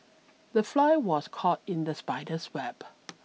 the fly was caught in the spider's web